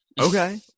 okay